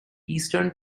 eastern